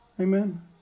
amen